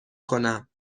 کنم